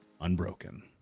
unbroken